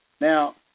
Now